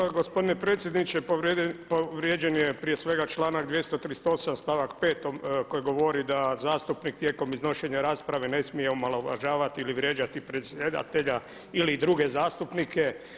Pa gospodine predsjedniče povrijeđen je prije svega članak 238. stavak 5. koji govori da zastupnik tijekom iznošenja rasprave ne smije omalovažavati ili vrijeđati predsjedatelja ili druge zastupnike.